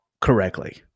correctly